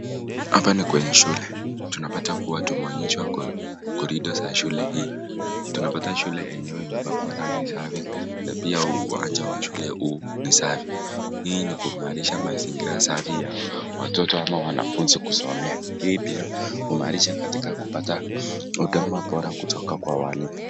Hapa ni kwenye shule. Tunapata kuwa tumeonyeshwa cs corridor cs za shule hii. Tunapata shule yenyewe imepakwa rangi safi na pia uwanja wa shule huu ni safi. Hii ni kumanisha mazingira safu ya watoto ama wanafunzi kusomea. Hii pia huimarisha kuoata huduma bora kwa waalimu.